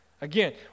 Again